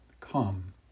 Come